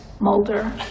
Mulder